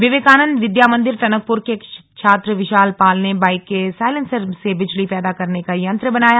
विवेकानंद विद्यामंदिर टनकपुर के छात्र विशाल पाल ने बाइक के साइलेंसर से बिजली पैदा करने का यंत्र बनाया